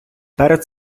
перед